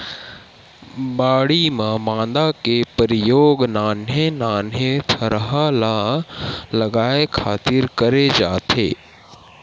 बाड़ी म मांदा के परियोग नान्हे नान्हे थरहा ल लगाय खातिर करे जाथे